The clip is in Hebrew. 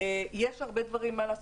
יש הרבה דברים שאפשר לעשות,